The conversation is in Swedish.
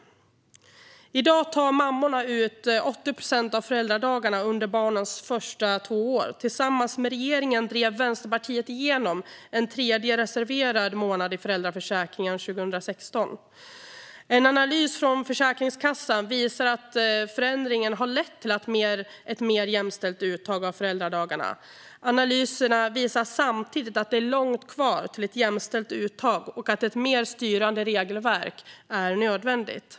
I dag tar mammorna ut 80 procent av föräldradagarna under barnets första två år. Tillsammans med regeringen drev Vänsterpartiet 2016 igenom en tredje reserverad månad i föräldraförsäkringen. En analys från Försäkringskassan visar att förändringen har lett till ett mer jämställt uttag av föräldradagarna. Analysen visar samtidigt att det är långt kvar till ett jämställt uttag och att ett mer styrande regelverk är nödvändigt.